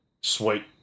sweet